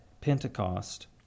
Pentecost